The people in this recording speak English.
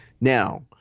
Now